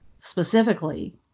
specifically